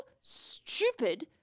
stupid